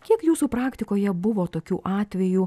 kiek jūsų praktikoje buvo tokių atvejų